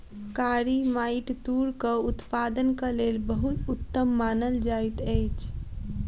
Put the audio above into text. कारी माइट तूरक उत्पादनक लेल बहुत उत्तम मानल जाइत अछि